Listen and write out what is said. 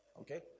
Okay